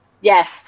Yes